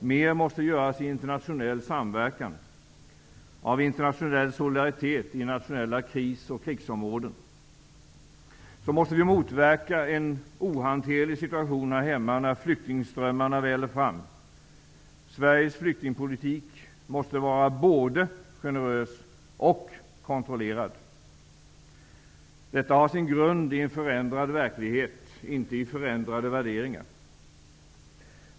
Mer måste göras i internationell samverkan, av internationell solidaritet i nationella kris och krigsområden. Så måste vi motverka en ohanterlig situation här hemma, när flyktingströmmarna väller fram. Sveriges flyktingpolitik måste vara både generös och kontrollerad. Detta har sin grund i en förändrad verklighet, inte i förändrade värderingar.